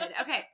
Okay